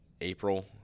April